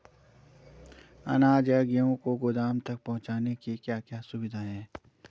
अनाज या गेहूँ को गोदाम तक पहुंचाने की क्या क्या सुविधा है?